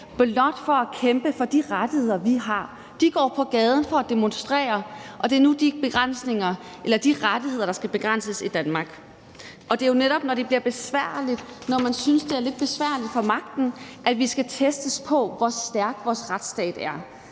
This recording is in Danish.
blot fordi de kæmper for de samme rettigheder, vi har. De går på gaden for at demonstrere, og det er de samme rettigheder, der nu skal begrænses i Danmark. Det er jo netop, når det bliver besværligt, altså når man synes, det er lidt besværligt for magten, at det skal testes, hvor stærk vores retsstat er.